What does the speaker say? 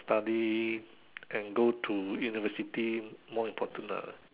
study and go to university more important ah